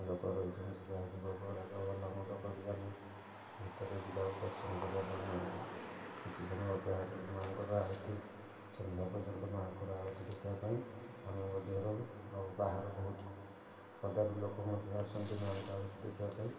ଲୋକ ରହିଛନ୍ତି ଯାହା କି ଭୋଗ ରାଗ ଭଲ ମନ୍ଦ କରି ଆମେ ଭିତରକୁ ଯାଉ ଦର୍ଶନ କରିବାପାଇଁ ମାଁ'ଙ୍କୁ କିଛି ସମୟ ଅପେକ୍ଷା କରୁ ମାଆ'ଙ୍କର ଆଳତୀ ସଂଧ୍ୟା ପର୍ଯ୍ୟନ୍ତ ଅପେକ୍ଷା କରୁ ମାଁ'ଙ୍କର ଆଳତୀ ଦେଖିବାପାଇଁ ଆମେ ମଧ୍ୟ ରହୁ ଆଉ ବାହାରୁ ବହୁତ ପଦାରୁ ଲୋକ ମଧ୍ୟ ଆସନ୍ତି ମାଁ'ଙ୍କ ଆଳତୀ ଦେଖିବାପାଇଁ